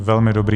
Velmi dobrý.